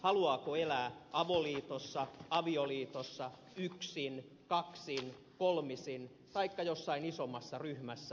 haluaako elää avoliitossa avioliitossa yksin kaksin kolmisin taikka jossain isommassa ryhmässä